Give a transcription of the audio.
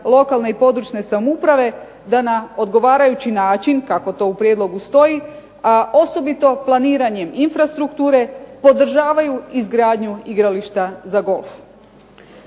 lokalne i područne samouprave da na odgovarajući način kako to u prijedlogu stoji, a osobito planiranjem infrastrukture podržavaju izgradnju igrališta za golf.